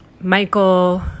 Michael